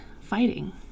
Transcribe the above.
fighting